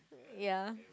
ya